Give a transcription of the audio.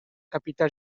capità